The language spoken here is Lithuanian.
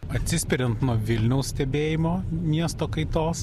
atsispiriant nuo vilniaus stebėjimo miesto kaitos